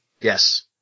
Yes